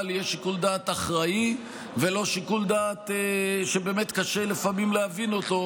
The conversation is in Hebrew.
יהיה שיקול דעת אחראי ולא שיקול דעת שבאמת קשה לפעמים להבין אותו,